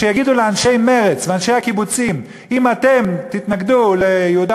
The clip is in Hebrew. שיגידו לאנשי מרצ ולאנשי הקיבוצים: אם תתנגדו ליהודה